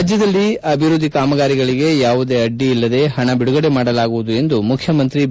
ರಾಜ್ಜದಲ್ಲಿ ಅಭಿವೃದ್ದಿ ಕಾಮಗಾರಿಗಳಿಗೆ ಯಾವುದೇ ಅಡ್ಡಿ ಇಲ್ಲದೇ ಪಣ ಬಿಡುಗಡೆ ಮಾಡಲಾಗುವುದು ಎಂದು ಮುಖ್ಯಮಂತ್ರಿ ಬಿ